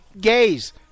Gays